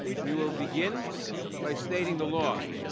we will begin by stating the law.